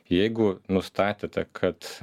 jeigu nustatėte kad